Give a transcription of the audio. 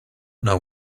know